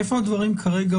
איפה עומדים הדברים כרגע?